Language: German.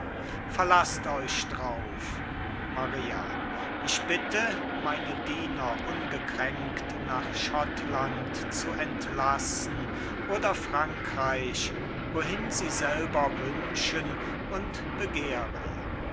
verlaßt euch drauf maria ich bitte meine diener ungekränkt nach schottland zu entlassen oder frankreich wohin sie selber wünschen und begehren